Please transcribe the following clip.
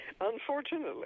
unfortunately